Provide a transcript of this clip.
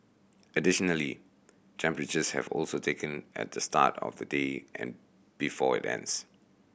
additionally temperatures have also taken at the start of the day and before it ends